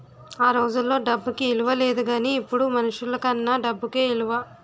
ఆ రోజుల్లో డబ్బుకి ఇలువ లేదు గానీ ఇప్పుడు మనుషులకన్నా డబ్బుకే ఇలువ